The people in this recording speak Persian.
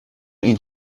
این